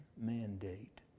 mandate